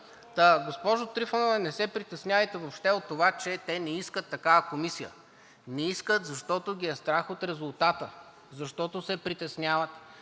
госпожо Трифонова, не се притеснявайте въобще от това, че те не искат такава комисия. Не искат, защото ги е страх от резултата, защото се притесняват,